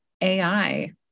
AI